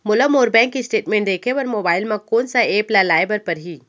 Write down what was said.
मोला मोर bank statement देखे बर मोबाइल मा कोन सा एप ला लाए बर परही?